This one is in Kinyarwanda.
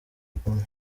bigume